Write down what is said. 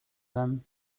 them